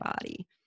body